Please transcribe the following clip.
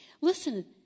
Listen